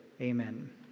amen